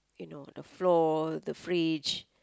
you know the floor the fridge